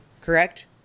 correct